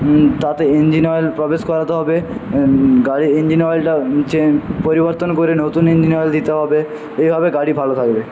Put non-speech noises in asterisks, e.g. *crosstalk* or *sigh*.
*unintelligible* তাতে engine oil প্রবেশ করাতে হবে গাড়ির ইঞ্জিন অয়েলটা চেঞ্জ পরিবর্তন করে নতুন ইঞ্জিন অয়েল দিতে হবে এভাবে গাড়ি ভালো থাকবে